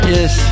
Yes